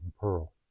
Pearl